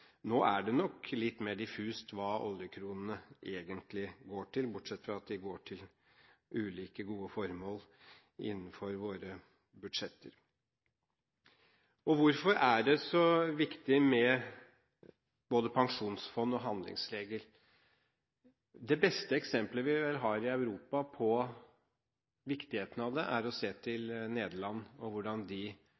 Nå er det nok litt mer diffust hva oljekronene egentlig går til, bortsett fra at de går til ulike gode formål innenfor våre budsjetter. Hvorfor er det så viktig med både pensjonsfond og handlingsregel? Det beste eksemplet vi vel har i Europa på viktigheten av det, er